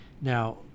Now